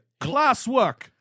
Classwork